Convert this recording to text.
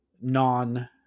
non